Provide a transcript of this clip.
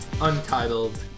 Untitled